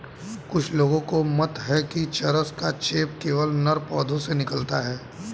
कुछ लोगों का मत है कि चरस का चेप केवल नर पौधों से निकलता है